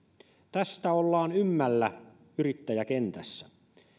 tästä ollaan ymmällä yrittäjäkentässä